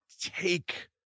take